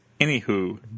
Anywho